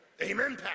Amen